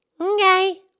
Okay